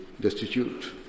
destitute